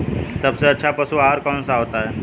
सबसे अच्छा पशु आहार कौन सा होता है?